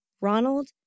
Ronald